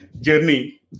journey